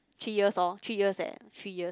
three years lor three years eh three years